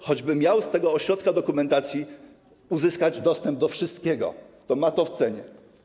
Choćby miał z tego ośrodka dokumentacji uzyskać dostęp do wszystkiego, ma to w cenie.